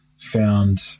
found